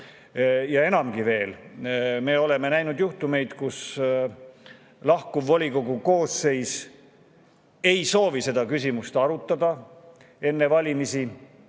Enamgi veel, me [teame] juhtumeid, kus lahkuv volikogu koosseis ei soovi seda küsimust arutada enne valimisi.